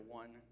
one